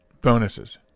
Bonuses